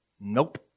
nope